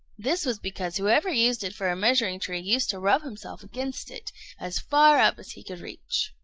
this was because whoever used it for a measuring-tree used to rub himself against it as far up as he could reach.